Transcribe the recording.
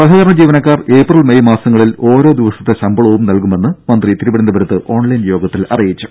സഹകരണ ജീവനക്കാർ April May മാസങ്ങളിൽ ഓരോ ദിവസത്തെ ശമ്പളവും നൽകുമെന്ന് മന്ത്രി തിരിവനന്തപുരത്ത് ഓൺലൈൻ യോഗത്തിൽ അറിയിച്ചു